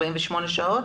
48 שעות?